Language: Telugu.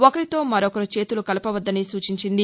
ఒకరితో మరొకరు చేతులు కలుపవద్దని సూచించారు